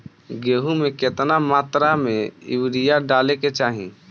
गेहूँ में केतना मात्रा में यूरिया डाले के चाही?